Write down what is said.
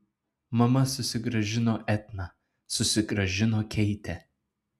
mama susigrąžino etną susigrąžino keitę